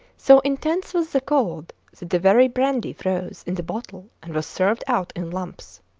so intense was the cold that the very brandy froze in the bottle and was served out in lumps.